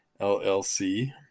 LLC